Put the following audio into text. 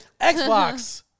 Xbox